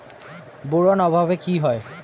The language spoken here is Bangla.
বোরন অভাবে কি হয়?